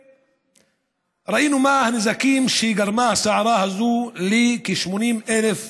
ראינו מה הנזקים שגרמה הסערה הזאת לכ-80,000 אזרחים,